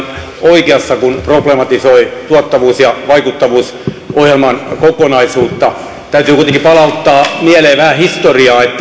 oikeassa kun problematisoi tuottavuus ja vaikuttavuusohjelman kokonaisuutta täytyy kuitenkin palauttaa mieleen vähän historiaa